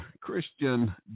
Christian